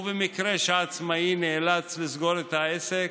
ובמקרה שהעצמאי נאלץ לסגור את העסק,